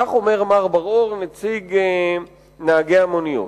כך אומר מר בר-אור, נציג נהגי המוניות.